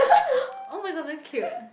oh my god damn cute